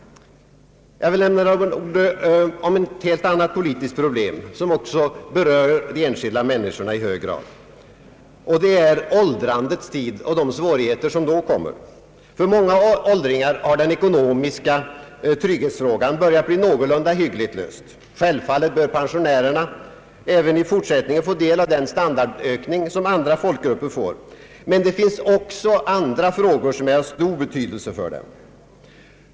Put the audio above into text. Jag vill säga några ord om ett helt annat politiskt problem som också berör de enskilda människorna i hög grad. Det är åldrandets tid och de svårigheter som då kommer. För många åldringar har den ekonomiska trygghetsfrågan börjat bli någorlunda hyggligt löst. Självfallet bör pensionärerna även i fortsättningen få del av den standardökning som andra folkgrupper får. Men det finns också andra frågor som är av stor betydelse för dem.